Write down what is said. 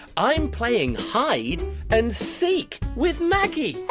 i am playing hide and seek with maggie.